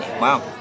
Wow